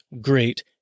great